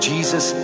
Jesus